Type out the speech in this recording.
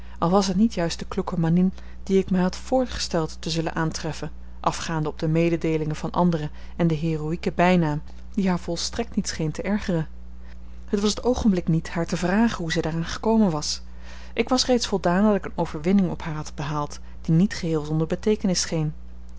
al was het niet juist de kloeke mannin die ik mij had voorgesteld te zullen aantreffen afgaande op de mededeelingen van anderen en den heroïeken bijnaam die haar volstrekt niet scheen te ergeren het was het oogenblik niet haar te vragen hoe zij daaraan gekomen was ik was reeds voldaan dat ik eene overwinning op haar had behaald die niet geheel zonder beteekenis